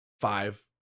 five